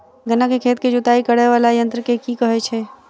गन्ना केँ खेत केँ जुताई करै वला यंत्र केँ की कहय छै?